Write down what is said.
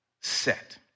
set